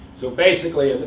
so basically,